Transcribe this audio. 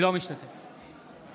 אינו משתתף בהצבעה